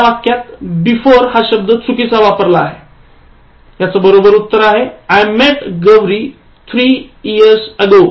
या वाक्यात बिफोर हा शब्द चुकीचा वापरला आहे बरोबर उत्तर आहे I met Gauri three years ago